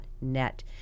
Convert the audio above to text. net